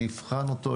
אני אבחן אותו,